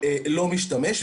לא משתמש,